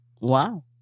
Wow